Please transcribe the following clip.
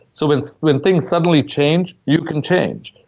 so when when things suddenly change, you can change.